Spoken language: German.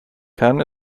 kern